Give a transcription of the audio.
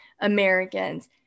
Americans